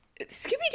Scooby-Doo